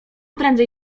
prędzej